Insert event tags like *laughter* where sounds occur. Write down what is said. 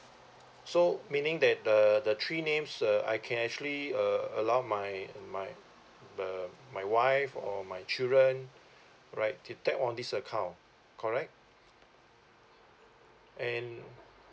so meaning that the the three names uh I can actually uh allow my my uh my wife or my children *breath* right to take on this account correct and